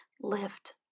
lift